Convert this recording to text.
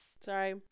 sorry